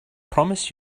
promise